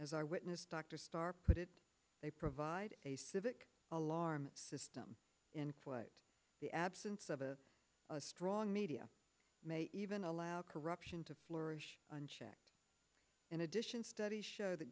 as our witness dr star put it they provide a civic alarm system in the absence of a strong media may even allow corruption to flourish unchecked in addition studies show that